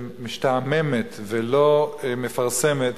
היא משתעממת ולא מפרסמת